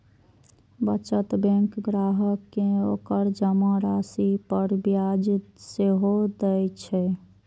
बचत बैंक ग्राहक कें ओकर जमा राशि पर ब्याज सेहो दए छै